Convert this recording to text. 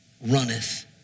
runneth